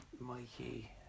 Mikey